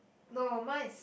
no mine is